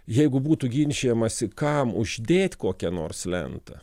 jeigu būtų ginčijamasi kam uždėt kokią nors lentą